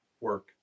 work